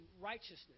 righteousness